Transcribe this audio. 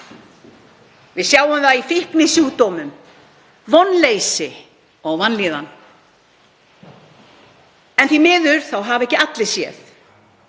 Við sjáum það í fíknisjúkdómum, vonleysi og vanlíðan. En því miður hafa ekki allir séð